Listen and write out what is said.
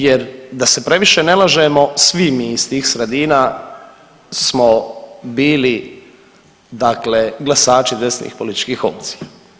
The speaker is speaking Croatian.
Jer da se previše ne lažemo svi mi iz tih sredina smo bili dakle glasači desnih političkih opcija.